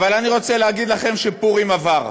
אני רוצה להגיד לכם שפורים עבר,